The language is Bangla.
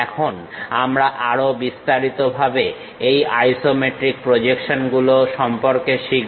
এখন আমরা আরো বিস্তারিতভাবে এই আইসোমেট্রিক প্রজেকশন সম্পর্কে শিখব